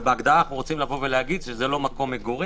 אבל אנו רוצים לומר בהגדרה שזה לא מקום מגורים.